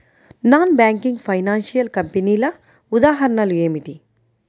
Non banking financial కంపెనీల ఉదాహరణలు ఏమిటి?